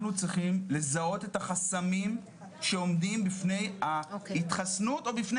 אנחנו צריכים לזהות את החסמים שעומדים בפני ההתחסנות או בפני